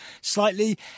slightly